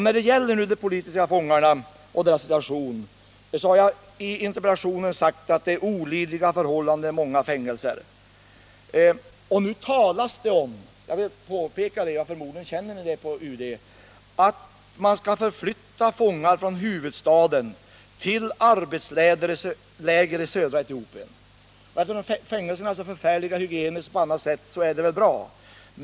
När det gäller de politiska fångarnas situation har jag i min interpellation sagt att det råder olidliga förhållanden i många fängelser. Nu talas det om jag vill framhålla det, även om ni förmodligen känner till det på UD — att man skall förflytta fångar från huvudstaden till arbetsläger i södra Etiopien. Eftersom fängelserna är så förfärliga från hygienisk synpunkt och på annat sätt så är väl det bra.